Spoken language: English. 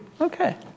Okay